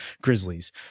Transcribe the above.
Grizzlies